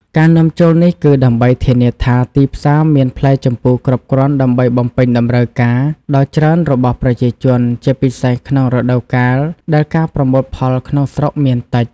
ការនាំចូលនេះគឺដើម្បីធានាថាទីផ្សារមានផ្លែជម្ពូគ្រប់គ្រាន់ដើម្បីបំពេញតម្រូវការដ៏ច្រើនរបស់ប្រជាជន ជាពិសេសក្នុងរដូវកាលដែលការប្រមូលផលក្នុងស្រុកមានតិច។